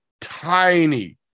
tiny